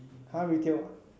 !huh! retail